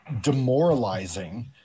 demoralizing